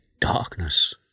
darkness